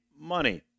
money